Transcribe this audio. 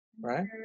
Right